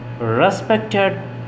respected